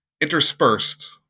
Interspersed